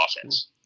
offense